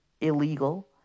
illegal